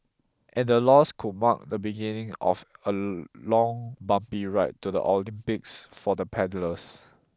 and the loss could mark the beginning of a long bumpy ride to the Olympics for the paddlers